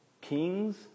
kings